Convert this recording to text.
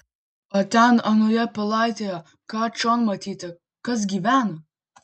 o ten anoje pilaitėje ką čion matyti kas gyvena